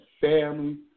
family